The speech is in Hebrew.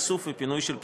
איסוף ופינוי של פסולת.